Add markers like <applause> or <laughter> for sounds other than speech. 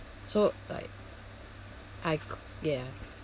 so like I <noise> ya